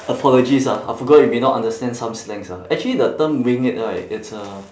apologies ah I forgot you may not understand some slangs ah actually the term wing it right it's a